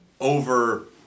over